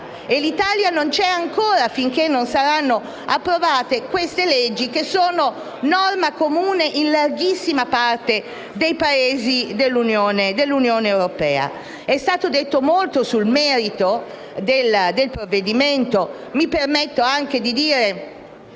Europa e non vi è ancora finché non saranno approvate queste leggi che sono norma comune in larghissima parte dei Paesi dell'Unione europea. È stato detto molto sul merito del provvedimento. Mi permetto però di dire